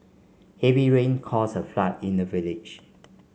heavy rain caused a flood in the village